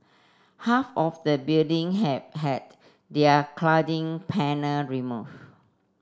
half of the building have had their cladding panel removed